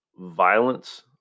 violence